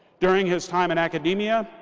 during his time in academia,